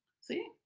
See